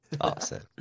Awesome